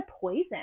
poison